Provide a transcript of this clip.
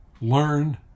learn